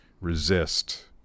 resist